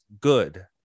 good